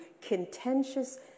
contentious